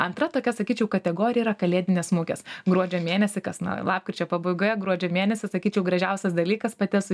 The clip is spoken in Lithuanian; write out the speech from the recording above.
antra tokia sakyčiau kategorija yra kalėdinės mugės gruodžio mėnesį kas na lapkričio pabaigoje gruodžio mėnesį sakyčiau gražiausias dalykas pati esu